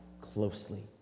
closely